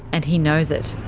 and he knows it.